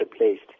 replaced